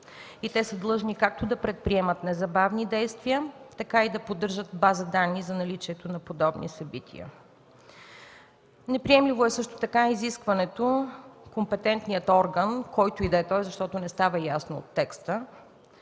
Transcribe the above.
те са длъжни както да предприемат незабавни действия, така и да поддържат база данни за наличието на подобни събития. Неприемливо е също така изискването компетентният орган, който и да е той, защото не става ясно от текста,